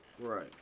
Right